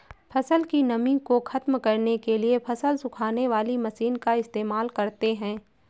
फसल की नमी को ख़त्म करने के लिए फसल सुखाने वाली मशीन का इस्तेमाल करते हैं